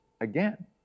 again